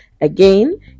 Again